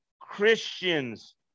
Christians